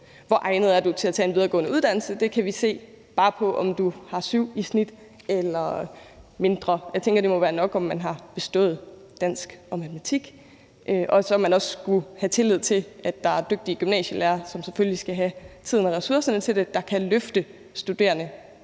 Hvor egnet er du til at tage en uddannelse? Det kan vi se bare ud fra, om du har 7 i snit eller mindre. Jeg tænker, at det må være nok, at man har bestået dansk og matematik. Og så skal man også kunne have tillid til, at der er dygtige gymnasielærere – som selvfølgelig skal have tiden og ressourcerne til det – der kan løfte eleverne